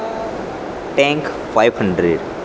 tank five hundred